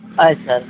ಆಯ್ತು ಸರ್